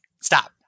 Stop